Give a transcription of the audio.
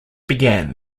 began